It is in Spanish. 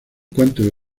cuentos